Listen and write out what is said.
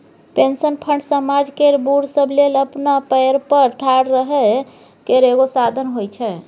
pension fund समाज केर बूढ़ सब लेल अपना पएर पर ठाढ़ रहइ केर एगो साधन होइ छै